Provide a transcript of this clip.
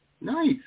Nice